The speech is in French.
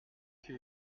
qui